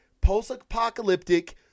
Post-apocalyptic